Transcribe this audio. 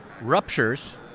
ruptures